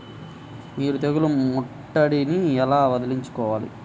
మీరు తెగులు ముట్టడిని ఎలా వదిలించుకోవాలి?